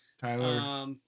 Tyler